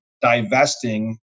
divesting